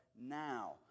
now